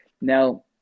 Now